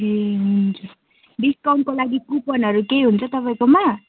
ए हुन्छ डिस्काउन्टको लागि कुपनहरू केही हुन्छ तपाईँकोमा